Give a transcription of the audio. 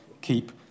keep